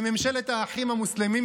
בממשלת האחים המוסלמים,